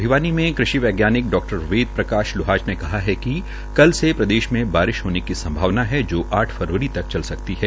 भिवानी से कृषि वैज्ञानिक डा वेदप्रकाश लूहाच ने कहा है कि कल से प्रदेश में बारिश होने की संभावना है जो आठ फरवरी तक चल सकती है